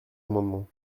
amendement